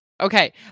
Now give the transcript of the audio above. okay